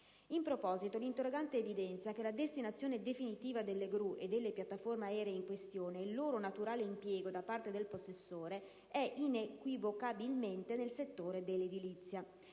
In proposito, l'interrogante evidenzia che la «destinazione definitiva» delle gru e delle piattaforme aeree in questione e il loro «naturale impiego da parte del possessore» è inequivocabilmente nel settore dell'edilizia.